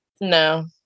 no